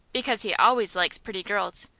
because he always likes pretty girls.